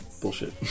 bullshit